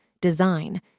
design